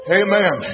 amen